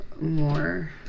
more